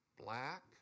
black